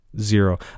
Zero